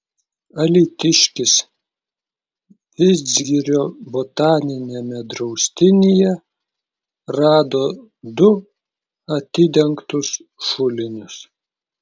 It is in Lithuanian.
alytiškis vidzgirio botaniniame draustinyje rado du atidengtus šulinius